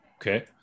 okay